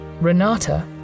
Renata